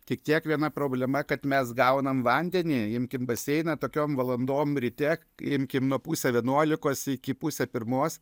tik tiek viena problema kad mes gaunam vandenį imkim baseiną tokiom valandom ryte imkim nuo pusę vienuolikos iki pusę pirmos